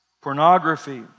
pornography